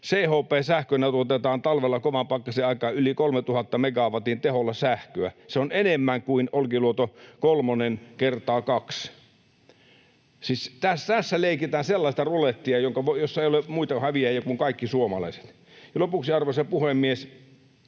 CHP-sähkönä tuotetaan talvella kovan pakkasen aikaan yli 3 000 megawatin teholla sähköä. Se on enemmän kuin Olkiluoto kolmonen kertaa kaksi. Siis tässä leikitään sellaista rulettia, jossa ei ole muita häviäjiä kuin kaikki suomalaiset. Lopuksi, arvoisa puhemies: